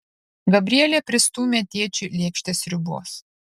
gabrielė pristūmė tėčiui lėkštę sriubos